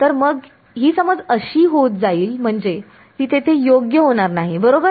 तर मग ही समज जशी होत जाईल म्हणजे ती येथे योग्य होणार नाही बरोबर